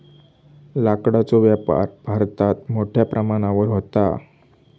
लाकडाचो व्यापार भारतात मोठ्या प्रमाणावर व्हता